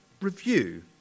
review